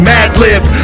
Madlib